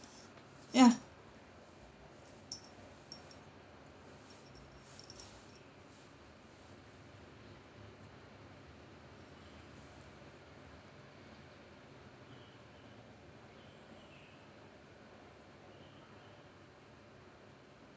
ya